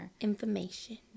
information